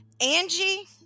Angie